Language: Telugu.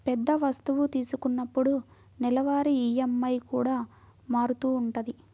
పెద్ద వస్తువు తీసుకున్నప్పుడు నెలవారీ ఈఎంఐ కూడా మారుతూ ఉంటది